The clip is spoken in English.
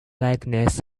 likeness